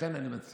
לכן אני מציע